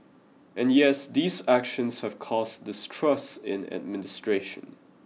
and yes these actions have caused distrust in administration